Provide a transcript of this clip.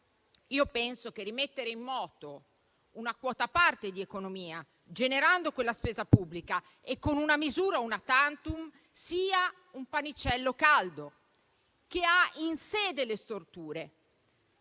Io penso che rimettere in moto una quota parte di economia, generando quella spesa pubblica e con una misura *una tantum*, sia un pannicello caldo, che ha in sé delle storture.